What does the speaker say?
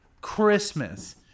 Christmas